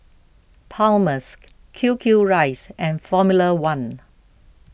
Palmer's Q Q Rice and formula one